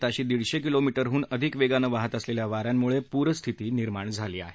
ताशी दिडशे किलो मीटरहन अधिक वेगानं वाहात असलेल्या वाऱ्यांमुळे पूरपरिस्थिती निर्माण झाली आहे